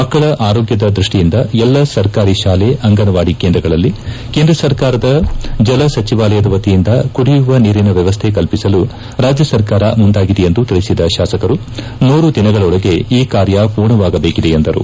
ಮಕ್ಕಳ ಆರೋಗ್ಗದ ದೃಷ್ಟಿಯಿಂದ ಎಲ್ಲ ಸರ್ಕಾರಿ ಶಾಲೆ ಅಂಗಸವಾಡಿ ಕೇಂದ್ರಗಳಲ್ಲಿ ಕೇಂದ್ರ ಸರ್ಕಾರದ ಜಲ ಸಚಿವಾಲಯದ ವತಿಯಿಂದ ಕುಡಿಯುವ ನೀರಿನ ವ್ಯವಸ್ಥೆ ಕಲ್ಪಿಸಲು ರಾಜ್ಯ ಸರ್ಕಾರ ಮುಂದಾಗಿದೆ ಎಂದು ತಿಳಿಸಿದ ಶಾಸಕರು ನೂರು ದಿನಗಳೊಳಗೆ ಈ ಕಾರ್ಯ ಪೂರ್ಣವಾಗಬೇಕಿದೆ ಎಂದರು